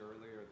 earlier